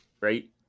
Right